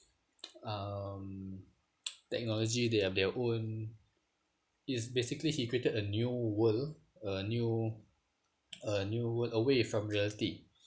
um technology they have their own it's basically he created a new world a new a new world away from reality